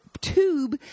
tube